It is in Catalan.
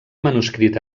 manuscrit